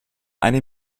eine